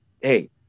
hey